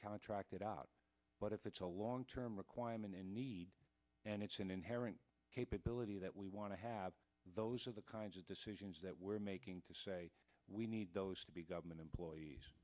contracted out but if it's a long term requirement and need and it's an inherent capability that we want to have those are the kinds of decisions that we're making to say we need those to be government employees